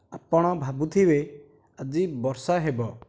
ଆପଣ ଭାବୁଥିବେ ଆଜି ବର୍ଷା ହେବ